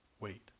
wait